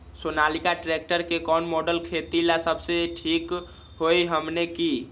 Sonalika tractor के कौन model खेती ला सबसे ठीक होई हमने की?